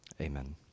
amen